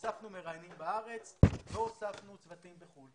הוספנו מראיינים בארץ והוספנו צוותים בחוץ לארץ.